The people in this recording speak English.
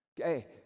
Okay